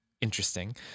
interesting